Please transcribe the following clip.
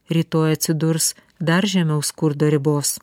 rytoj atsidurs dar žemiau skurdo ribos